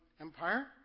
Empire